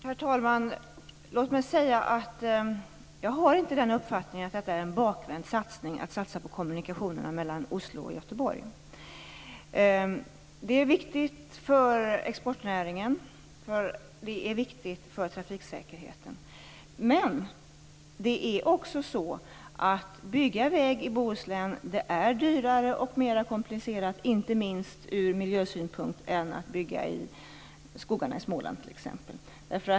Herr talman! Jag har inte uppfattningen att det är en bakvänd satsning att satsa på kommunikationerna mellan Oslo och Göteborg. Det är viktigt för exportnäringen. Det är viktigt för trafiksäkerheten. Men det är dyrare och mer komplicerat att bygga väg i Bohuslän, inte minst ur miljösynpunkt, än att bygga i skogarna i Småland t.ex.